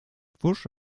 pfusch